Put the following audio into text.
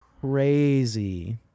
crazy